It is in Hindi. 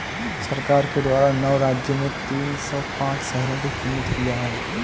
सरकार के द्वारा नौ राज्य में तीन सौ पांच शहरों को चिह्नित किया है